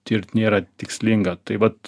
tirt nėra tikslinga tai vat